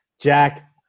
Jack